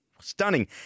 stunning